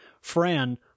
Fran